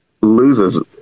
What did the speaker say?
loses